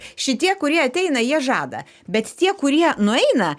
šitie kurie ateina jie žada bet tie kurie nueina